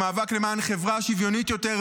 במאבק למען חברה שוויונית יותר,